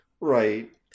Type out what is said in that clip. right